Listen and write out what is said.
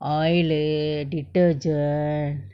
oil leh detergent